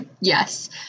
Yes